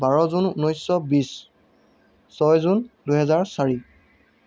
বাৰ June ঊনৈচশ বিছ ছয় জুন দুহেজাৰ চাৰি